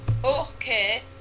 Okay